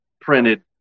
printed